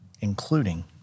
including